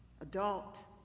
adult